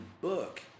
book